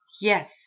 yes